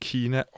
Kina